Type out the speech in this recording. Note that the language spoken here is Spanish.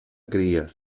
cría